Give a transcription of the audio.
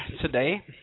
today